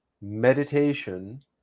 meditation